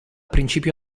principio